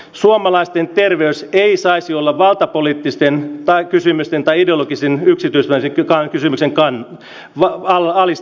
suomalaisten terveys ei saisi olla alisteinen valtapolitiikalle tai ideologiselle kysymykselle yksityistämisestä